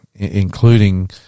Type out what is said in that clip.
including